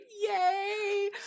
Yay